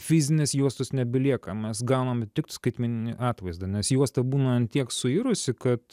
fizinės juostos nebelieka mes gauname tik skaitmeninį atvaizdą nes juosta būna ant tiek suirusi kad